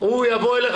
הוא יבוא אליך